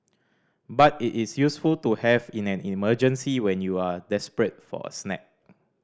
but it is useful to have in an emergency when you are desperate for a snack